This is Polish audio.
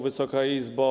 Wysoka Izbo!